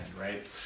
right